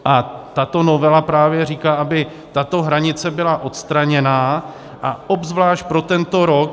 A tato novela právě říká, aby tato hranice byla odstraněná, a obzvlášť pro tento rok.